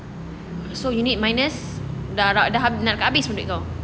so you need minus dah dah dah nak habis pun duit kau